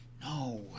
No